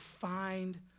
find